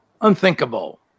Unthinkable